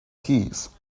keys